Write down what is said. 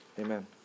Amen